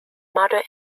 mother